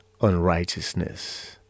unrighteousness